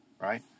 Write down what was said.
right